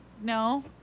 No